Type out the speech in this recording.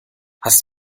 hast